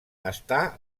està